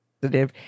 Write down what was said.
positive